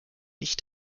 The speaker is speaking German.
nicht